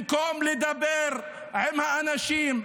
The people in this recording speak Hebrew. במקום לדבר עם האנשים,